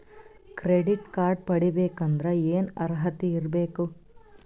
Credit card ಪಡಿಬೇಕಂದರ ಏನ ಅರ್ಹತಿ ಇರಬೇಕು?